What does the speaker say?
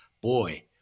boy